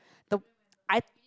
the I